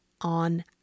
on